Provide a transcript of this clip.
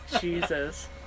Jesus